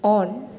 on